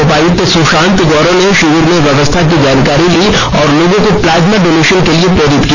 उपायुक्त सुशांत गौरव ने शिविर में व्यवस्था की जानकारी ली और लोगों को प्लाज्मा डोनेशन के लिए प्रेरित किया